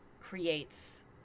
creates